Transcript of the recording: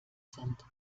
sind